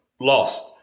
lost